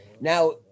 now